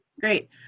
Great